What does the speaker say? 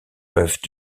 peuvent